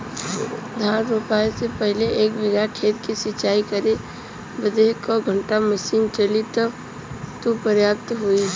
धान रोपाई से पहिले एक बिघा खेत के सिंचाई करे बदे क घंटा मशीन चली तू पर्याप्त होई?